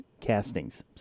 castings